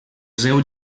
seu